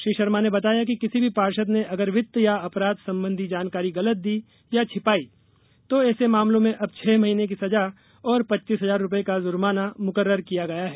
श्री शर्मा ने बताया कि किसी भी पार्षद ने अगर वित्त या अपराध संबंधी जानकारी गलत दी या छिपाई तो ऐसे मामलों में अब छह महीने की सजा और पच्चीस हजार रूपये का जुर्माना मुकर्रर किया गया है